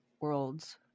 worlds